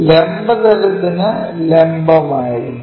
ലംബ തലത്തിനു ലംബം ആയിരിക്കും